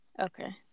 Okay